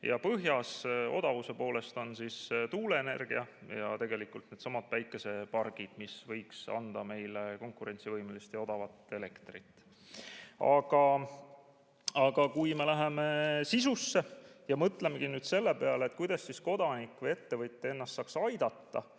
ja põhjas odavuse poolest on tuuleenergia ja tegelikult needsamad päikesepargid, mis võiks anda meile konkurentsivõimelist ja odavat elektrit. Aga läheme sisusse ja mõtleme selle peale, kuidas kodanik või ettevõtja saaks ennast aidata